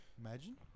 Imagine